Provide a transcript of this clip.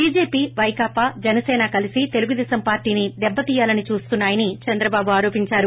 BJP Vaikapa Janasena కలీసి తెలుగుదేశం పార్టీని దెబ్బతీయాలని చూస్తున్నా యన్ చంద్రబాబు ఆరోపించారు